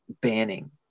banning